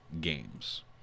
Games